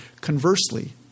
Conversely